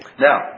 Now